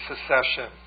secession